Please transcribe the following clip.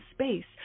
space